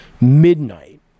midnight